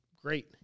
great